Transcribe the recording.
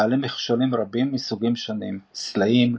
בעלי מכשולים רבים מסוגים שונים סלעים,